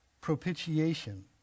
propitiation